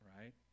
right